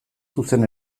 zuzen